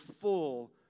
full